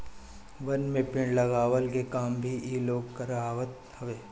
वन में पेड़ लगवला के काम भी इ लोग करवावत हवे